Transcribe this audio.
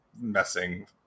messing